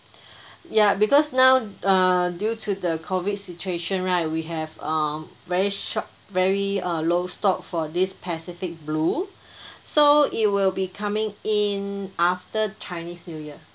ya because now err due to the COVID situation right we have um very short very uh low stock for this pacific blue so it will be coming in after chinese new year